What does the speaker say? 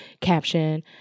caption